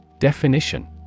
Definition